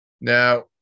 Now